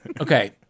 Okay